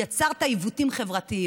יצרת עיוותים חברתיים.